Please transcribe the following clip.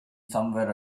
somewhere